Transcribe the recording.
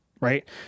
Right